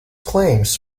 claims